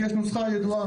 כי יש נוסחה ידועה.